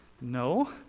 No